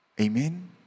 Amen